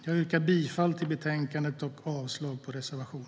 Jag yrkar bifall till förslaget i betänkandet och avslag på reservationen.